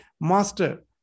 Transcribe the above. master